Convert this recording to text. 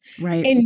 Right